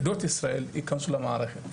עדות ישראל, יכנסו למערכת.